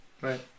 Right